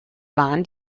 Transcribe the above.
waren